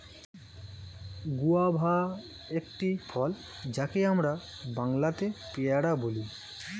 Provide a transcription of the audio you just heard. guava একটি ফল যাকে আমরা বাংলাতে পেয়ারা বলি